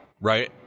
right